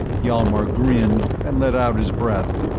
hjalmar grinned and let out his breath.